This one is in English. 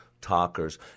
Talkers